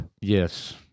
Yes